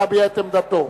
להביע את עמדתו.